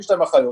פי שתיים אחיות,